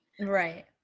Right